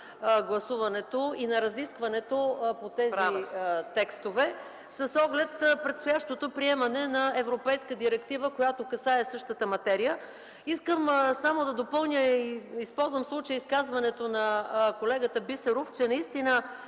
Права сте. МАЯ МАНОЛОВА: ... по тези текстове, с оглед предстоящото приемане на европейска директива, която касае същата материя. Искам да допълня и използвам в случая изказването на колегата Бисеров, че наистина